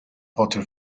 potter